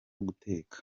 guteka